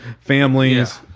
families